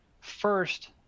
First